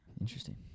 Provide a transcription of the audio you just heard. Interesting